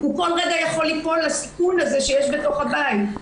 הוא כל רגע יכול ליפול לסיכון הזה שיש בתוך הבית.